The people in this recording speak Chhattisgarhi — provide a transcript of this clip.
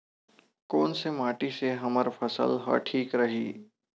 कोन से माटी से हमर फसल ह ठीक रही?